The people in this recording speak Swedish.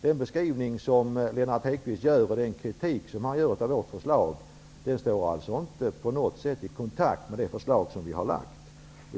Den beskrivning och den kritik av vårt förslag som Lennart Hedquist gör står inte på något sätt i kontakt med det förslag som vi har lagt fram.